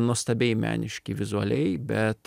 nuostabiai meniški vizualiai bet